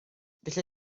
felly